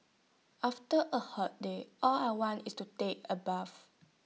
after A hot day all I want is to take A bath